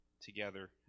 together